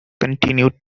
continued